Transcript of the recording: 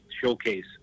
showcase